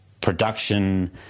production